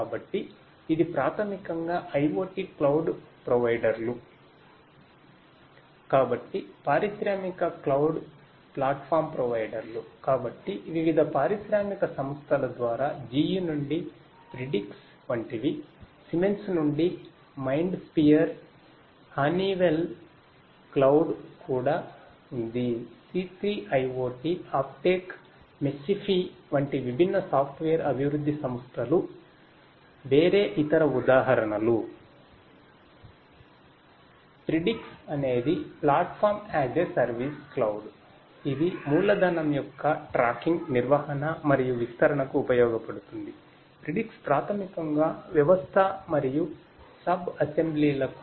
కాబట్టి పారిశ్రామిక క్లౌడ్ అభివృద్ధి సంస్థలు వేరే ఇతర ఉదాహరణలు